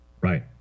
Right